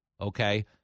okay